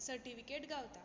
certificate गावता